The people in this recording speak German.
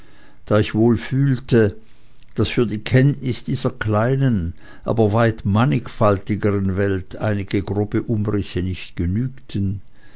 da ich wohl fühlte daß für die kenntnis dieser kleinen aber weit mannigfaltigeren welt einige grobe umrisse nicht genügten